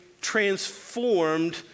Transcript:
transformed